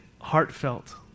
heartfelt